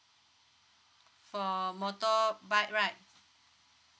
for motorbike right